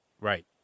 Right